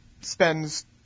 spends –